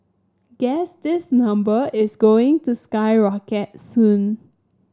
guess this number is going to skyrocket soon